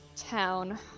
town